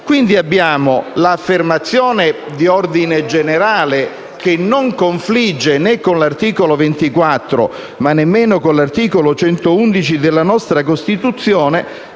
Quindi, abbiamo l'affermazione di ordine generale che non confligge né con l'articolo 24 e nemmeno con l'articolo 111 della nostra Costituzione,